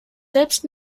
selbst